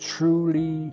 truly